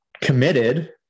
committed